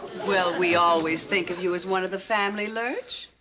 well, we always think of you as one of the family, lurch.